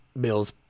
bills